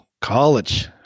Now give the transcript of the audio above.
College